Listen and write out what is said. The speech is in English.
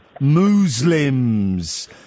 Muslims